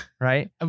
Right